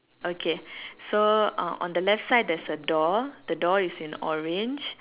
okay so uh on the left side there's a door the door is in orange